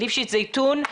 החינוך.